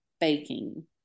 baking